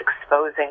exposing